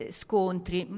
scontri